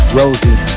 rosie